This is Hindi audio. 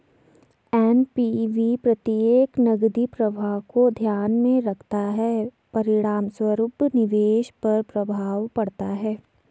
एन.पी.वी प्रत्येक नकदी प्रवाह को ध्यान में रखता है, परिणामस्वरूप निवेश पर प्रभाव पड़ता है